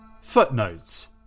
Footnotes